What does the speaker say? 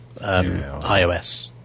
iOS